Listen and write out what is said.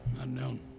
Unknown